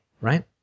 right